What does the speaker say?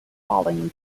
following